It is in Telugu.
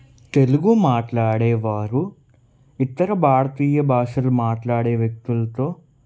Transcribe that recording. తెలుగు మాట్లాడేవారు ఇతర భారతీయ భాషలు మాట్లాడే వ్యక్తుల్తో